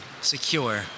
secure